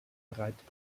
breit